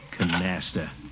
Canasta